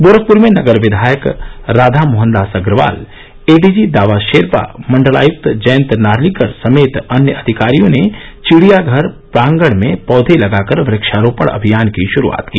गोरखपुर में नगर विवायक राधामोहन दास अग्रवाल एडीजी दावा शेरपा मण्डलायुक्त जयन्त नार्लिकर समेत अन्य अधिकारियों ने चिड़ियाघर प्रांगण में पौधे लगाकर वक्षारोपण अभियान की श्रूआत की